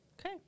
Okay